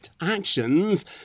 actions